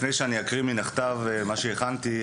לפני שאקריא מהכתב את מה שהכנתי,